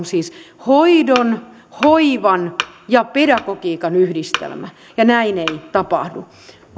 siis hoidon hoivan ja pedagogiikan yhdistelmä ja näin ei nyt tapahdu